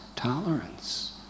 Tolerance